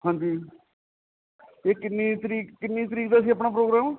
ਹਾਂਜੀ ਇਹ ਕਿੰਨੀ ਤਰੀਕ ਕਿੰਨੀ ਤਰੀਕ ਦਾ ਸੀ ਆਪਣਾ ਪ੍ਰੋਗਰਾਮ